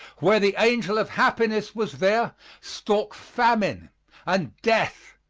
where the angel of happiness was there stalk famine and death.